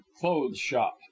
clothes-shop